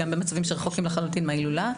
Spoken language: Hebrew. גם במצבים שרחוקים לחלוטין מההילולה,